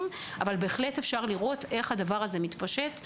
אבל בהחלט אפשר לראות איך הדבר הזה מתפשט.